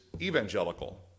evangelical